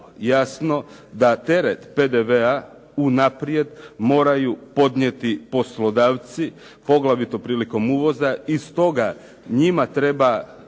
jasno da teret PDV-a unaprijed moraju podnijeti poslodavci poglavito prilikom uvoza i stoga njima treba